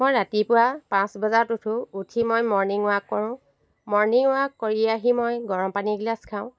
মই ৰাতিপুৱা পাঁচ বজাত উঠো উঠি মই মৰ্ণিং ৱাক কৰো মৰ্ণিং ৱাক কৰি আহি মই গৰম পানী এগিলাচ খাওঁ